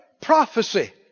prophecy